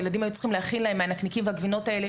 והילדים היו צריכים להכין להם מהנקניקים והגבינות האלה